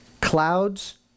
clouds